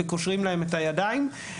וקושרים להם את הידיים.